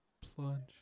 Plunge